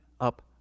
up